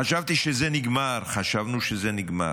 חשבתי שזה נגמר, חשבנו שזה נגמר.